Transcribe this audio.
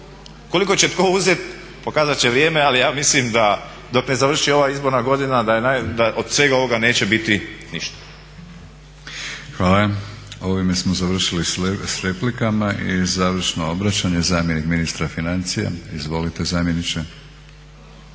Koliko će tko uzeti pokazat će vrijeme, ali ja mislim da dok ne završi ova izborna godina da od svega ovoga neće biti ništa. **Batinić, Milorad (HNS)** Hvala. Ovime smo završili sa replikama i završno obraćanje zamjenik ministra financija. Izvolite zamjeniče.